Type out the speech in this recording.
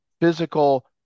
physical